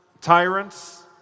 tyrants